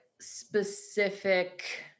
specific